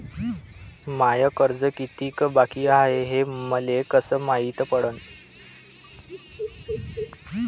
माय कर्ज कितीक बाकी हाय, हे मले कस मायती पडन?